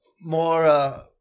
more